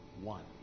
one